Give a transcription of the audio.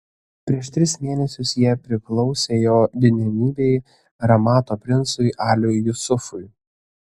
prieš tris mėnesius jie priklausė jo didenybei ramato princui aliui jusufui